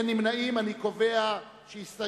נא להצביע.